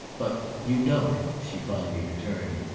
but you don't! she finally returned,